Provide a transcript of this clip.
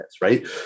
Right